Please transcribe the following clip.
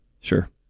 sure